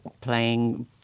playing